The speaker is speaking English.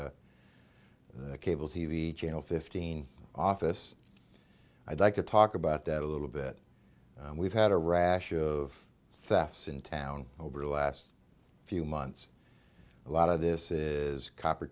cable t v channel fifteen office i'd like to talk about that a little bit we've had a rash of thefts in town over the last few months a lot of this is copper